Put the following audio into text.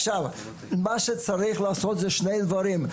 צריך לעשות שני דברים.